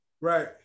Right